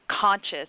conscious